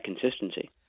consistency